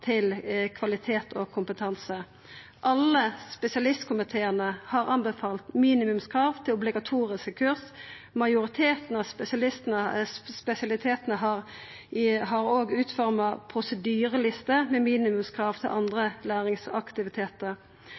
til kvalitet og kompetanse. Alle spesialistkomiteane har anbefalt minimumskrav til obligatoriske kurs. Majoriteten av spesialitetane har òg utforma prosedyrelister med minimumskrav til andre læringsaktivitetar.